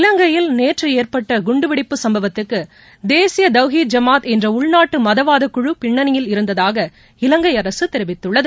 இலங்கையில் நேற்று ஏற்பட்ட குண்டுவெடிப்பு சம்பவத்துக்கு தேசிய தவ்ஹீத் ஜமாத் என்ற உள்நாட்டு மதவாதக்குழு பின்னணியில் இருந்ததாக இலங்கை அரசு தெரிவித்துள்ளது